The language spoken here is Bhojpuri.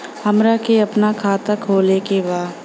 हमरा के अपना खाता खोले के बा?